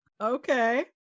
Okay